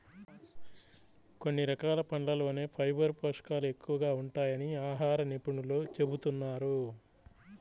కొన్ని రకాల పండ్లల్లోనే ఫైబర్ పోషకాలు ఎక్కువగా ఉంటాయని ఆహార నిపుణులు చెబుతున్నారు